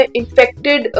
infected